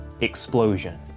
explosion